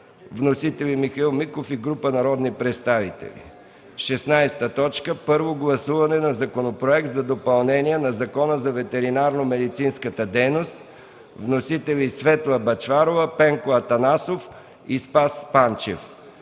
Вносители – Михаил Миков и група народни представители. 16. Първо гласуване на Законопроект за допълнение на Закона за ветеринарномедицинската дейност. Вносители – Светла Бъчварова, Пенко Атанасов и Спас Панчев.